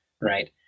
right